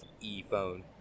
e-phone